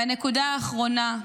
והנקודה האחרונה,